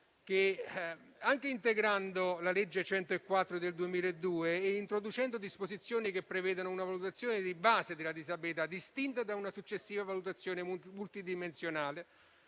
anche integrando la legge n. 104 del 1992 e introducendo disposizioni che prevedano una valutazione di base della disabilità, distinta da una successiva valutazione multidimensionale;